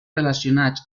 relacionats